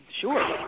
sure